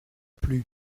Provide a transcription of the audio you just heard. plus